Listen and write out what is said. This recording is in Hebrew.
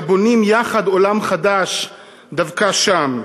הבונים יחד עולם חדש דווקא שם.